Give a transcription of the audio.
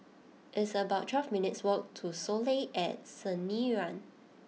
it's about twelve minutes' walk to Soleil at Sinaran